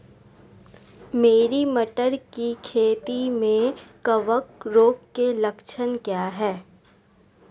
मेरी मटर की खेती में कवक रोग के लक्षण क्या हैं?